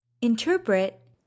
Interpret